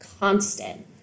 constant